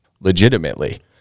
legitimately